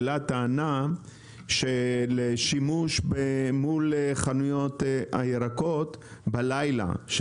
העלה טענה של שימוש מול חנויות הירקות בלילה,